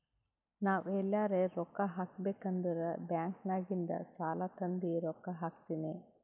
ನಾವ್ ಎಲ್ಲಾರೆ ರೊಕ್ಕಾ ಹಾಕಬೇಕ್ ಅಂದುರ್ ಬ್ಯಾಂಕ್ ನಾಗಿಂದ್ ಸಾಲಾ ತಂದಿ ರೊಕ್ಕಾ ಹಾಕ್ತೀನಿ